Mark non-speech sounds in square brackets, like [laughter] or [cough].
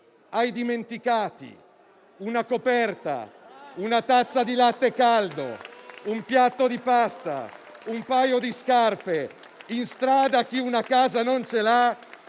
ai dimenticati (una coperta, [applause] una tazza di latte caldo, un piatto di pasta, un paio di scarpe) in strada, a chi una casa non ce l'ha,